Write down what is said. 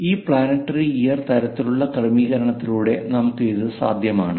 ഈ planetary gear തരത്തിലുള്ള ക്രമീകരണത്തിലൂടെയും നമുക്ക് ഇത് സാധ്യമാണ്